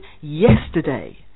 yesterday